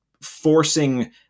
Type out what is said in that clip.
Forcing